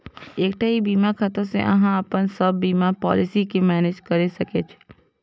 एकटा ई बीमा खाता सं अहां अपन सब बीमा पॉलिसी कें मैनेज कैर सकै छी